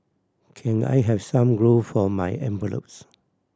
can I have some glue for my envelopes